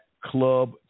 Club